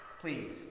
Please